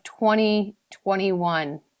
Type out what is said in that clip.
2021